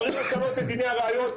צריך לשנות את דיני הראיות,